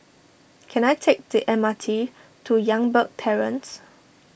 can I take the M R T to Youngberg Terrace